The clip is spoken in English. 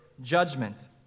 judgment